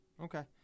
Okay